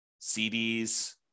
CDs